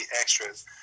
extras